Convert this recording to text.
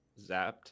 zapped